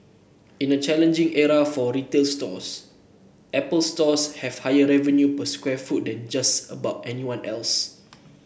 in a challenging era for retail stores Apple Stores have higher revenue per square foot than just about anyone else